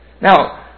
Now